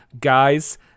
Guys